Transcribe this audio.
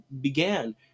began